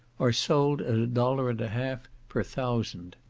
are sold at a dollar and a half per thousand.